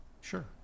Sure